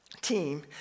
team